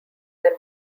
than